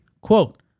Quote